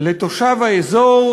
לתושב האזור